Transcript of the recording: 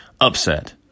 upset